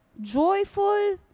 joyful